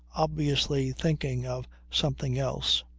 obviously thinking of something else.